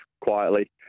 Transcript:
quietly